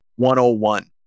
101